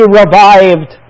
revived